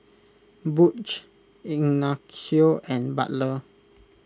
Butch Ignacio and Butler